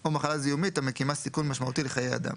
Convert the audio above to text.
או מחלה זיהומית המקימה סיכון משמעותי לחיי אדם.